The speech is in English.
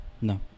No